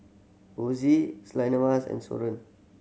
Ozie and Soren